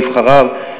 נבחריו,